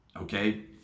Okay